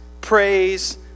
praise